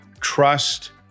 trust